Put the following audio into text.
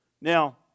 Now